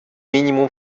минимум